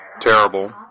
terrible